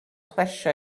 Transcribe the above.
plesio